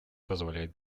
позволяет